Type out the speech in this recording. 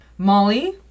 Molly